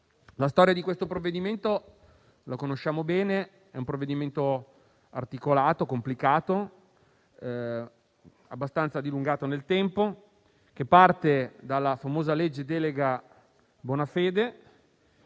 La storia di questo provvedimento la conosciamo bene. È un provvedimento articolato, complicato, che si è abbastanza dilungato nel tempo e che parte dalla famosa legge delega Bonafede,